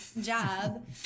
job